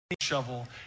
Shovel